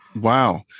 Wow